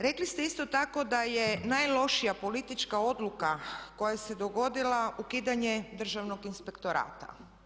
Rekli ste isto tako da je najlošija politička odluka koja se dogodila ukidanje Državnog inspektorata.